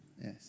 Yes